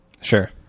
Sure